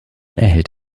erhält